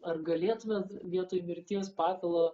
ar galėtumėt vietoj mirties patalo